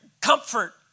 comfort